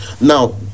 Now